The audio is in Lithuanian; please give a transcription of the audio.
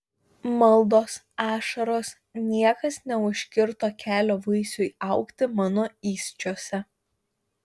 maldos ašaros niekas neužkirto kelio vaisiui augti mano įsčiose